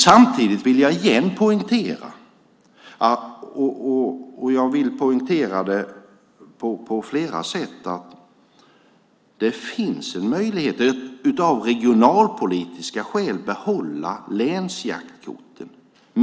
Samtidigt vill jag återigen poängtera, på flera sätt, att det finns en möjlighet att av regionalpolitiska skäl behålla länsjaktkorten.